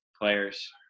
players